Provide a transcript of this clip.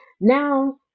Now